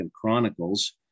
Chronicles